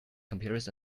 computers